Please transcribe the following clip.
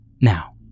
Now